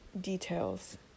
details